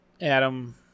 Adam